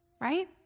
right